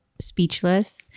speechless